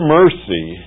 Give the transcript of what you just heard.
mercy